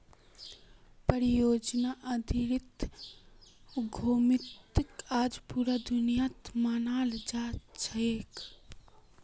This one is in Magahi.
परियोजनार आधारित उद्यमिताक आज पूरा दुनियात मानाल जा छेक